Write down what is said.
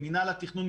במנהל התכנון,